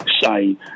say